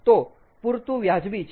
તો પૂરતું વ્યાજબી છે